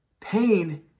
pain